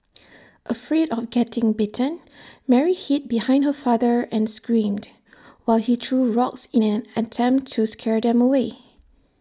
afraid of getting bitten Mary hid behind her father and screamed while he threw rocks in an attempt to scare them away